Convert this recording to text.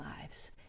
lives